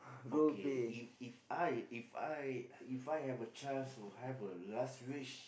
okay if If I If I If I have a chance to have a luxurious